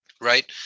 Right